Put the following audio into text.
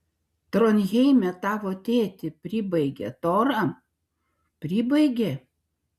tronheime tavo tėtį pribaigė tora pribaigė